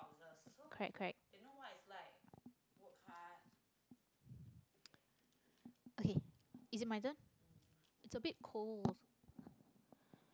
correct correct